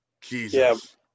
Jesus